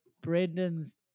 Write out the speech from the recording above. Brendan's